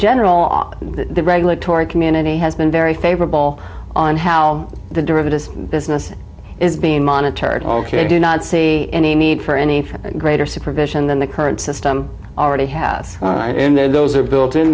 general all the regulatory community has been very favorable on how the derivatives business is being monitored ok i do not see any need for any greater supervision than the current system already has in there those are built in